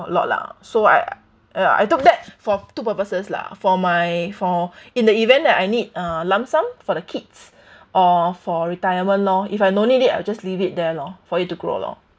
a lot lah so I ya I took that for two purposes lah for my for in the event that I need a lump sum for the kids or for retirement lor if I no need it I'll just leave it there lor for it to grow lor